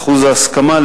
את אחוז ההסכמה,